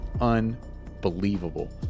unbelievable